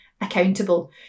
accountable